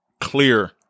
clear